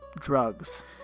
drugs